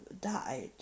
died